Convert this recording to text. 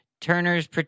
Turner's